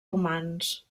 romans